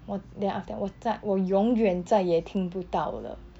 我 then after that 我再我永远再也听不到了